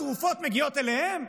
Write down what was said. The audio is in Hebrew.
התרופות מגיעות אליהם?